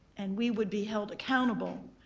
and we would be held accountable